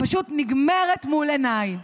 פשוט נגמרת מול עיניי.